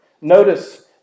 Notice